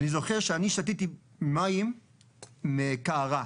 אני זוכר ששתיתי מים מקערה,